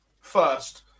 First